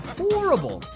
horrible